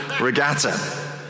Regatta